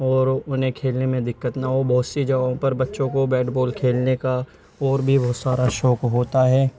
اور انہیں کھیلنے میں دقت نہ ہو بہت سی جگہوں پر بچوں کو بیڈ بال کھیلنے کا اور بھی بہت سارا شوق ہوتا ہے